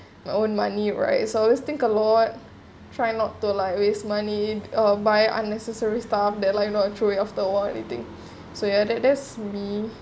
my own money right it's always think a lot try not to like waste money or by unnecessary stuff that like throw it away after awhile or anything so ya that that's me